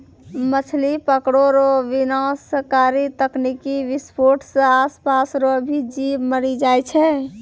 मछली पकड़ै रो विनाशकारी तकनीकी विसफोट से आसपास रो भी जीब मरी जाय छै